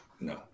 No